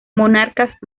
monarcas